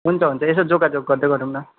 हुन्छ हुन्छ यसो जोगाजोग गर्दै गरौँ न